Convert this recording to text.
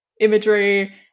imagery